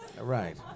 Right